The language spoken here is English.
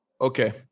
Okay